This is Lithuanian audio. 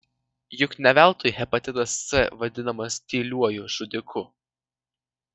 juk ne veltui hepatitas c vadinamas tyliuoju žudiku